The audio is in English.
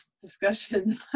discussion